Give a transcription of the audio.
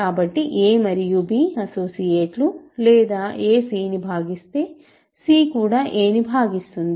కాబట్టి a మరియు b associate లు లేదా a c ను భాగిస్తే c కూడా a ను భాగిస్తుంది